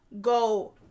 go